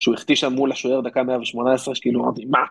‫שהוא הכתיש שם מול השוער, ‫דקה 118, כאילו, אמרתי מה?!